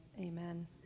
Amen